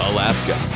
Alaska